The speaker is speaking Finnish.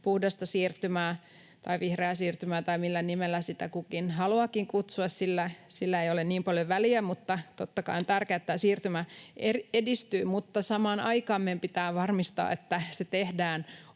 puhdasta siirtymää tai vihreää siirtymää, tai millä nimellä sitä kukin haluaakin kutsua, sillä ei ole niin paljon väliä. Totta kai on tärkeää, että tämä siirtymä edistyy, mutta samaan aikaan meidän pitää varmistaa, että se tehdään